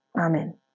Amen